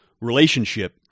relationship